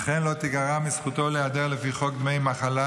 וכן לא תגרע מזכותו להיעדר לפי חוק דמי מחלה